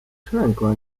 przelękła